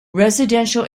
residential